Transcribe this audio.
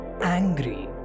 angry